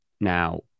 Now